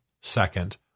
second